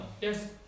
Yes